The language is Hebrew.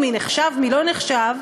מערכת